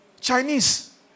Chinese